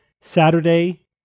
Saturday